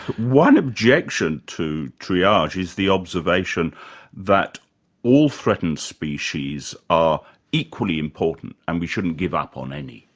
one objection to triage is the observation that all threatened species are equally important, and we shouldn't give up on any.